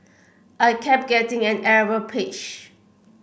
I kept getting an error page